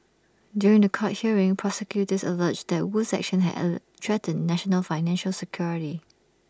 during The Court hearing prosecutors alleged that Wu's actions had L threatened national financial security